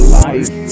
life